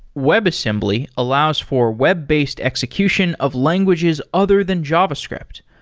webassembly allows for web-based execution of languages other than javascript.